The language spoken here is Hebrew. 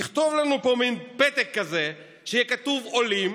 יכתוב לנו פה מין פתק כזה שיהיה כתוב עליו "עולים",